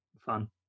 fun